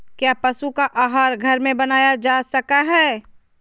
क्या पशु का आहार घर में बनाया जा सकय हैय?